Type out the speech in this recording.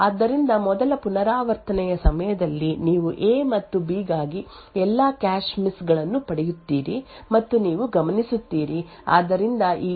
ಆದ್ದರಿಂದ ಮೊದಲ ಪುನರಾವರ್ತನೆಯ ಸಮಯದಲ್ಲಿ ನೀವು ಎ ಮತ್ತು ಬಿ ಗಾಗಿ ಎಲ್ಲಾ ಕ್ಯಾಶ್ ಮಿಸ್ ಗಳನ್ನು ಪಡೆಯುತ್ತೀರಿ ಎಂದು ನೀವು ಗಮನಿಸುತ್ತೀರಿ ಆದ್ದರಿಂದ ಈ 8 ಲೋಡ್ ಸೂಚನೆಗಳಿಗೆ ಅನುಗುಣವಾಗಿ ಈ ಮೊದಲ ಪುನರಾವರ್ತನೆಗೆ ಒಟ್ಟು 8 ಕ್ಯಾಶ್ ಮಿಸ್ ಗಳು ಇರುತ್ತವೆ